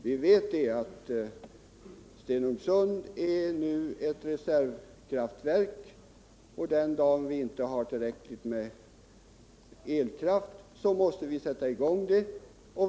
Vi vet att Stenungsund nu är ett reservkraftverk, och den dag vi inte har tillräckligt med elkraft måste vi sätta i gång det.